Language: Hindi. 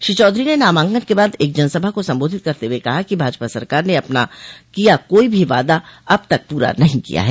श्री चौधरी ने नामांकन के बाद एक जनसभा को संबोधित करते हुए कहा कि भाजपा सरकार ने अपना किया कोई भी वादा अब तक पूरा नहीं किया है